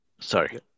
Sorry